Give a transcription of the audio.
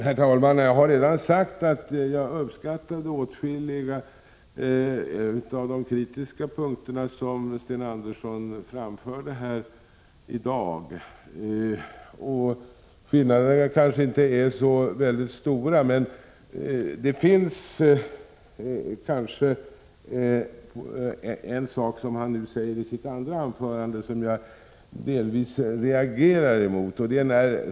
Herr talman! Jag har redan sagt att jag uppskattade åtskilliga av de kritiska synpunkter som Sten Andersson framförde i dag. Skillnaden kanske inte är så väldigt stor. Det fanns emellertid en sak i utrikesministerns andra anförande som jag delvis reagerade mot.